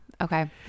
Okay